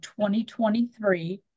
2023